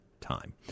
time